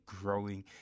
growing